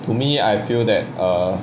to me I feel that err